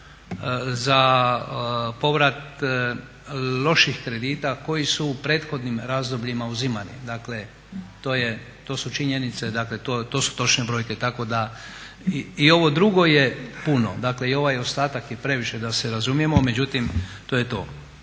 za povrat loših kredita koji su u prethodnim razdobljima uzimani. Dakle, to su činjenice, to su točne brojke. Tako da i ovo drugo je puno, dakle i ovaj ostatak je previše da se razumijemo, međutim to je to.